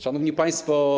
Szanowni Państwo!